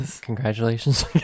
congratulations